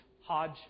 Hodge